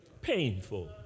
Painful